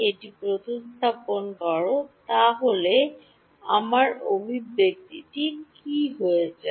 এটা প্রতিস্থাপন করো তাহলে আমার অভিব্যক্তিটি কী হয়ে যায়